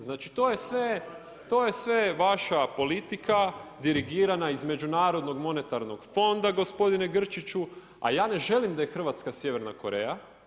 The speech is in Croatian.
Znači to je sve vaša politika, dirigirana iz međunarodnog monetarnog fonda gospodine Grčiću, a ja ne želim da je Hrvatska Sjeverna Koreja.